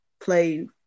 play